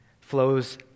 flows